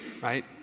right